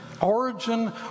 origin